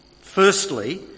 Firstly